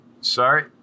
Sorry